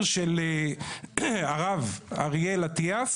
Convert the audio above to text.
יש לי פה צו של רמ״י,